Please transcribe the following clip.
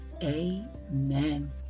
amen